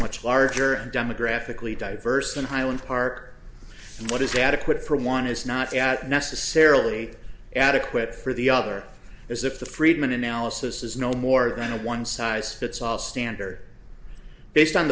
much larger and demographically diverse than highland park and what is adequate for one is not at necessarily adequate for the other as if the friedman analysis is no more than a one size fits all standard based on